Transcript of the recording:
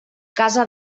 casa